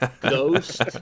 Ghost